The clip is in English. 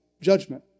judgment